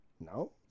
No